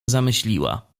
zamyśliła